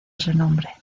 renombre